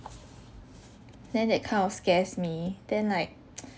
then that kind of scares me then like